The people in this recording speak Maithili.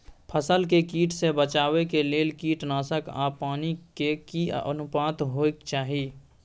फसल के कीट से बचाव के लेल कीटनासक आ पानी के की अनुपात होय चाही?